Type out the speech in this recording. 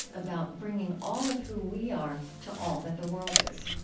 about bringing all of who we are to all that the world is.